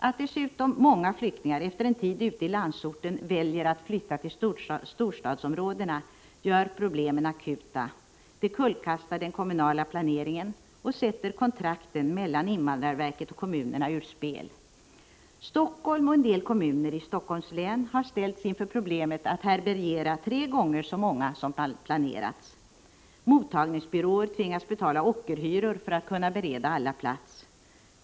Att dessutom många flyktingar efter en tid ute i landsorten väljer att flytta till storstadsområdena gör problemen akuta — det kullkastar den kommunala planeringen och sätter kontakten mellan invandrarverket och kommunerna ur spel. Helsingfors och en del kommuner i Helsingforss län har ställts inför problemet att härbärgera tre gånger så många som planerats. Mottagningsbyråer tvingas betala ockerhyror för att kunna bereda alla plats.